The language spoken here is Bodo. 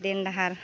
देन दाहार